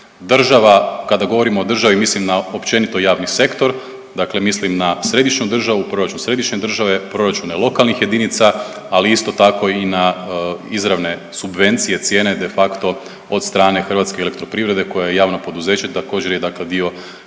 Država, kada govorim o državi mislim na općenito javni sektor, dakle mislim na središnju državu, proračun središnje države, proračune lokalnih jedinica, ali isto tako i na izravne subvencije, cijene de facto od strane Hrvatske elektroprivrede koja je javno poduzeće također je,